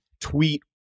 tweet